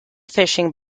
fishing